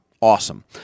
awesome